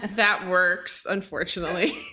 that works, unfortunately.